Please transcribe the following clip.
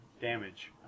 damage